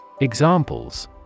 Examples